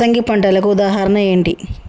యాసంగి పంటలకు ఉదాహరణ ఏంటి?